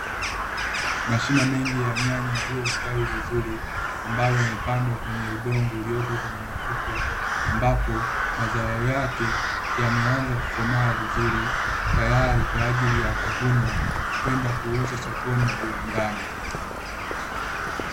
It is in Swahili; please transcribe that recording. Mashina mengi ya nyanya yaliyostawi vizuri, ambayo yamepandwa kwenye udongo uliopo kwenye mifuko, ambapo mazao yake yameanza kukomaa vizuri, tayari kwa ajili ya kuvunwa kwenda kuuzwa sokoni na viwandani.